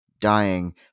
dying